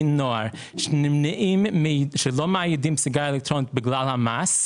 נוער שלא מאיידים סיגריה אלקטרונית בגלל המס,